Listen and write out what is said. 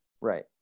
Right